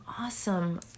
awesome